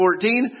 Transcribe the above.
14